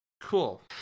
Cool